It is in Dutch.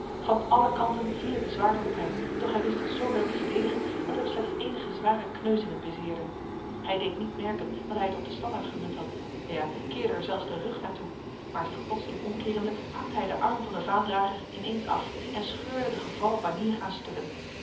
van alle kanten vielen de zwaarden op hem doch hij wist zich zo wel te verdedigen dat hem slechts enige zware kneuzingen bezeerden hij deed niet merken dat hij het op de standaard gemunt had ja keerde er zelfs de rag naar toe maar zich plotseling omkerende hakte hij de arm van de vaandrager ineens af en scheurde de gevallen banier aan stukken